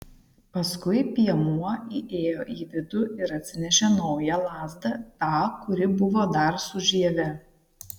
paskui piemuo įėjo į vidų ir atsinešė naują lazdą tą kuri buvo dar su žieve